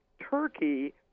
Turkey